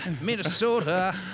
Minnesota